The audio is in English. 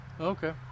Okay